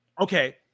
Okay